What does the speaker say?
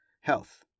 health